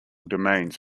domains